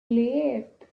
left